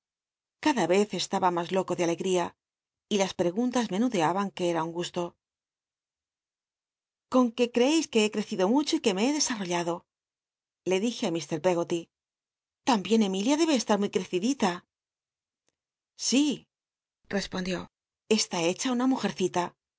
cada ycy e taba mas loco de alegría y las lli'cguntas menudeaban que era un gusto con que creéis que he crecido mucho y que me he dcsan ollado le dije á mr peggoty tambien emilia debe estar muy ctccidita si respondió est i hecha una mujercita